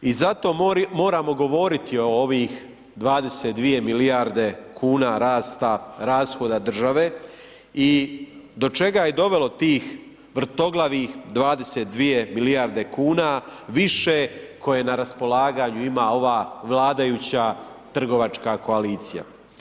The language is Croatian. I zato moramo govoriti o ovih 22 milijarde kuna rasta rashoda države i do čega je dovelo tih vrtoglavih 22 milijarde kuna više koje na raspolaganju ima ova vladajuća trgovačka koalicija.